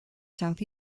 south